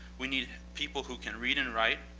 we need people who can read and write,